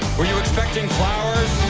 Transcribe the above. were you expecting flowers?